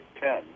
ten